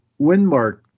Windmark